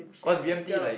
cause b_m_t like